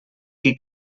qui